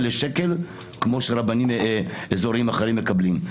לשקל כמו שרבנים אזוריים אחרים מקבלים,